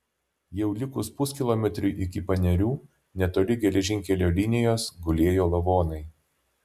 jau likus puskilometriui iki panerių netoli geležinkelio linijos gulėjo lavonai